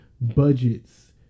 budgets